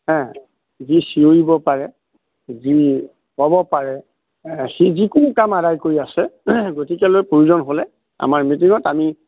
হে যি চিঞৰিব পাৰে যি কব পাৰে সি যিকোনো কাম আদায় কৰি আছে গতিকেলৈ প্ৰয়োজন হ'লে আমাৰ মিটিঙত আমি